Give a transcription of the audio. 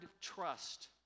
trust